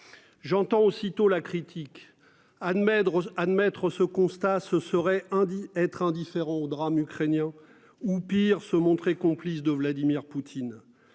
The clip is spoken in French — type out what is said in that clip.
J'entends aussitôt la critique admettre admettre ce constat ce serait hein d'y être indifférent au drame ukrainien ou pire se montrer complice de Vladimir Poutine,